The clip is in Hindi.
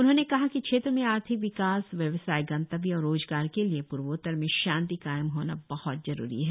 उन्होंने कहा कि क्षेत्र में आर्थिक विकास व्यवसाय गंतव्य और रोजगार के लिए पूर्वोत्तर में शांती कायम होना बहत जरुरी है